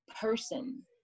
person